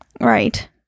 right